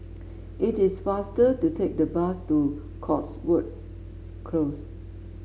it is faster to take the bus to Cotswold Close